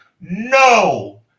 no